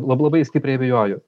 lab labai stipriai abejoju